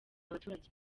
abaturage